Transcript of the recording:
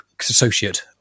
associate